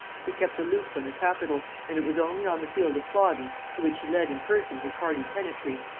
he kept aloof from the capital and it was only on the field of flodden, to which he led in person his hardy tenantry,